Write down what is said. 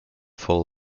fall